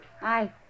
Hi